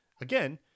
Again